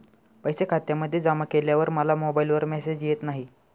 पैसे खात्यामध्ये जमा केल्यावर मला मोबाइलवर मेसेज येत नाही?